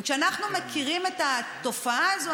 וכשאנחנו מכירים את התופעה הזאת,